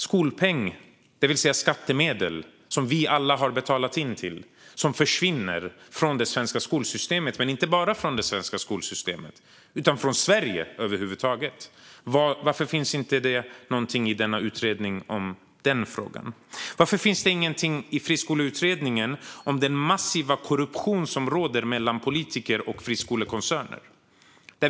Skolpeng, det vill säga skattemedel som vi alla har betalat in, försvinner från det svenska skolsystemet - men inte bara från det svenska skolsystemet utan från Sverige över huvud taget. Varför finns det inte något om den frågan i denna utredning? Varför finns det inget i friskoleutredningen om den massiva korruption som råder mellan politiker och friskolekoncerner?